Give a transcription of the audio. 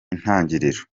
intangiriro